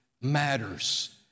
matters